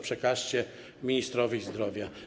Przekażcie to ministrowi zdrowia.